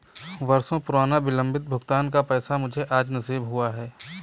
बरसों पुराना विलंबित भुगतान का पैसा मुझे आज नसीब हुआ है